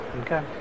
Okay